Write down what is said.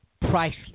priceless